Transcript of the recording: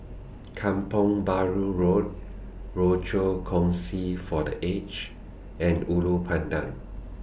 Kampong Bahru Road Rochor Kongsi For The Aged and Ulu Pandan